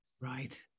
right